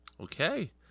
Okay